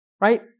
right